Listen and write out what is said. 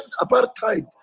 apartheid